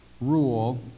rule